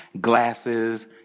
glasses